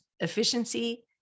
efficiency